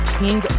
king